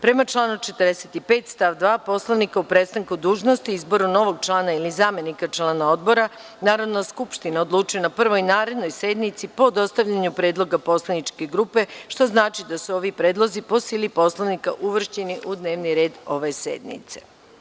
Prema članu 45. stav 2. Poslovnika, o prestanku dužnosti i izboru novog člana ili zamenika člana odbora, Narodna skupština odlučuje na prvoj narednoj sednici po dostavljanju predloga poslaničke grupe, što znači da su ovi predlozi po sili Poslovnika uvršćeni u dnevni red ove sednice.